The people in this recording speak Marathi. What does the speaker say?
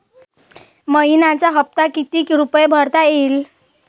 मइन्याचा हप्ता कितीक रुपये भरता येईल?